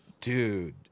Dude